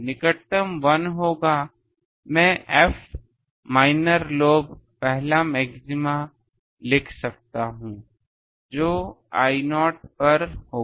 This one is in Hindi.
निकटतम 1 होगामैं F माइनर लोब पहला मैक्सिमा लिख सकता हूं जो I0 पर होगा